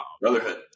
Brotherhood